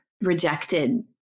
rejected